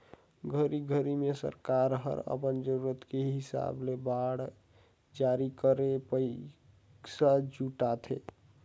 घरी घरी मे सरकार हर अपन जरूरत के हिसाब ले बांड जारी करके पइसा जुटाथे